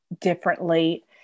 differently